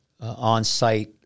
on-site